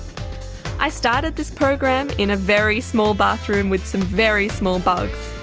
i started this program in a very small bathroom with some very small bugs.